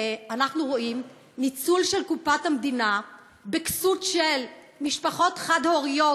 אנחנו רואים ניצול של קופת המדינה בכסות של משפחות חד-הוריות,